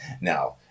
Now